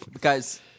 Guys